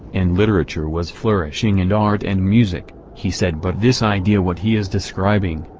and literature was flourishing and art and music he said but this idea what he is describing,